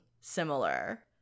similar